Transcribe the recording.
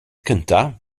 cyntaf